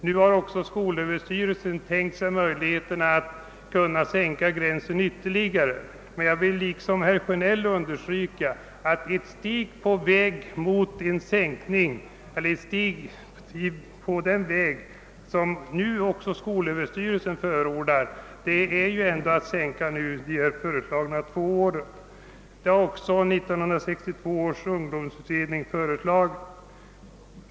Nu har skolöverstyrelsen tänkt sig möjligheten att ytterligare sänka gränsen, men jag vill liksom herr Sjönell understryka att den föreslagna sänkningen av åldersgränsen med två år ju innebär ett steg på den av skolöverstyrelsen förordade vägen. Detta har även föreslagits av 1962 års ungdomsutredning.